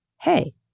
hey